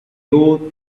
old